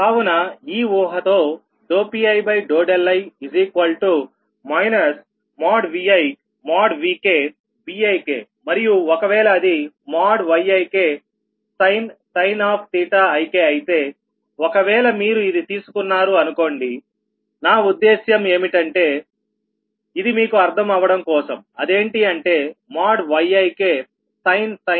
కావున ఈ ఊహ తో Pii ViVkBikమరియు ఒకవేళ అది Yiksin అయితేఒకవేళ మీరు ఇది తీసుకున్నారు అనుకోండినా ఉద్దేశ్యం ఏంటంటే ఇది మీకు అర్థం అవ్వడం కోసం అదేంటి అంటే Yiksin ik ik